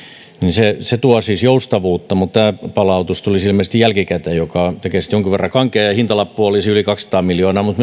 se siis tuo joustavuutta mutta tämä palautus tulisi ilmeisesti jälkikäteen mikä tekee siitä jonkin verran kankean ja hintalappu olisi yli kaksisataa miljoonaa mutta